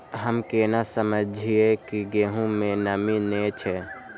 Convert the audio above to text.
हम केना समझये की गेहूं में नमी ने छे?